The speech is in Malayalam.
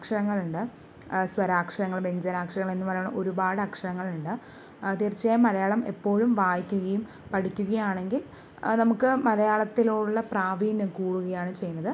അക്ഷരങ്ങളുണ്ട് സ്വരാക്ഷരങ്ങൾ വ്യഞ്ജനാക്ഷരം എന്ന് പറയണ ഒരുപാട് അക്ഷരങ്ങളുണ്ട് തീർച്ചയായും മലയാളം എപ്പോഴും വായിക്കുകയും പഠിക്കുകയാണെങ്കിൽ നമുക്ക് മലയാളത്തിലുള്ള പ്രാവീണ്യം കൂടുകയാണ് ചെയ്യുന്നത്